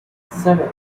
seven